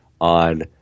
on